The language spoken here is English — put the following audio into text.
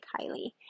kylie